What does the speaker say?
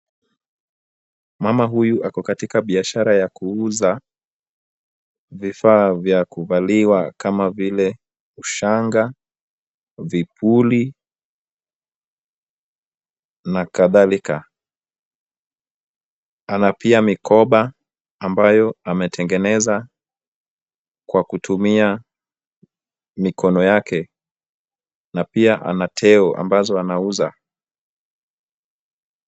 Mama huyu ako katika biashara ya kuuza,l.Vifaa vya kuvaliwa kama vile ushanga ,vipuli na kadhalika, ana pia mikoba ambayo ametengeneza kwa kutumia mikono yake na pia ana teo ambazo anauza.